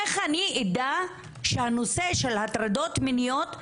איך אני אדע שהנושא של הטרדות מיניות,